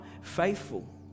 faithful